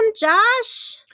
Josh